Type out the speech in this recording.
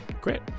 great